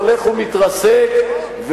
הולך ומתרסק,